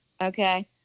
okay